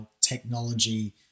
technology